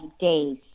days